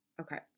Okay